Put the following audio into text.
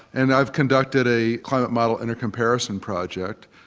and i've conducted a climate model in a comparison project.